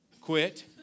Quit